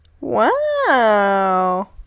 Wow